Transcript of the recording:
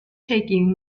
shaking